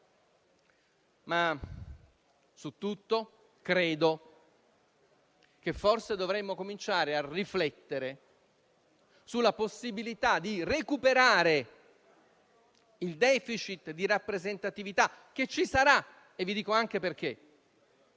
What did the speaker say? Su tutto credo che dovremmo cominciare a riflettere sulla possibilità di recuperare il *deficit* di rappresentatività, che ci sarà (e vi dico anche perché),